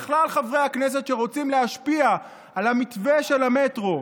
לכלל חברי הכנסת שרוצים להשפיע על המתווה של המטרו: